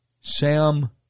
Sam